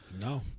No